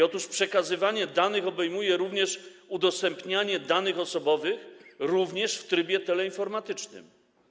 Otóż przekazywanie danych obejmuje udostępnianie danych osobowych również w trybie teleinformatycznym.